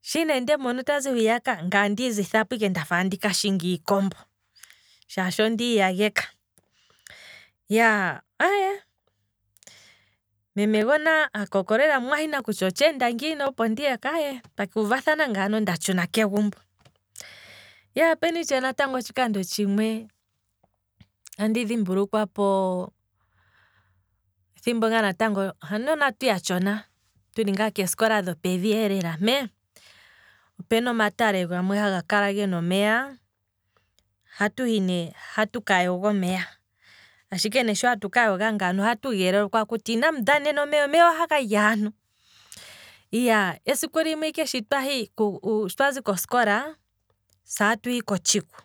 shi ndemu mono tazi hwiya ka, ngaye ondi zithapo ike ndafa tandi kashinga iikombo, shaashi ondii yageka, iyaaa, aye meme gona aka hokololela mumwayina kutya otsheenda ngiini opo ndi yeko, aye twa kuuvathana ngaano. nda tshuna kegumbo. Opena itshewe natango otshikando tshimwe, andi dhimbulukwa po, ethimbo ngaa natango aanona tuya tshona, tuli ngaa keesikola dhopevi elela mpee, opena omatale gamwe haga kala gena omeya, ohatu hi ne tuka yoge, ashike ne sho hatu ka yoga ngano ohatu geelwa kutya inamu dhanena omeya ohaga lyaantu, esiku limwe twazi kosikola se atuhi kotshiku